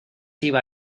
iba